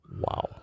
Wow